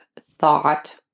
thought